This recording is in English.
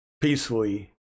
peacefully